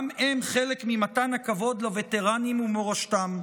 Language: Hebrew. גם הם חלק ממתן הכבוד לווטרנים ולמורשתם.